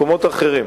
מקומות אחרים.